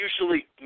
usually